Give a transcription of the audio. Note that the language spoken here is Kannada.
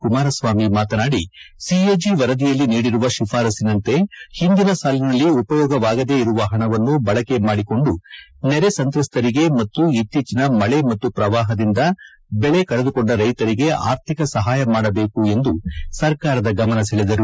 ಕುಮಾರಸ್ವಾಮಿ ಮಾತನಾಡಿ ಸಿಎಜಿ ವರದಿಯಲ್ಲಿ ನೀಡಿರುವ ಶಿಫಾರಸ್ಸಿನಂತೆ ಹಿಂದಿನ ಸಾಲಿನಲ್ಲಿ ಉಪಯೋಗವಾಗದೆ ಇರುವ ಪಣವನ್ನು ಬಳಕೆ ಮಾಡಿಕೊಂಡು ನೆರೆ ಸಂತ್ರಸ್ತರಿಗೆ ಮತ್ತು ಇತ್ತೀಚಿನ ಮಳೆ ಮತ್ತು ಪ್ರವಾಹದಿಂದ ಬೆಳೆ ಕಳೆದುಕೊಂಡ ರೈತರಿಗೆ ಆರ್ಥಿಕ ಸಹಾಯ ಮಾಡಬೇಕು ಎಂದು ಸರ್ಕಾರದ ಗಮನ ಸೆಳೆದರು